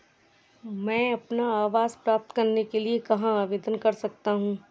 मैं अपना आवास प्राप्त करने के लिए कहाँ आवेदन कर सकता हूँ?